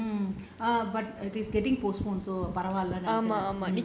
mm err but it's getting postponed so